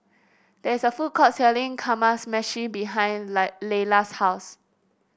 there is a food court selling Kamameshi behind Lie Laylah's house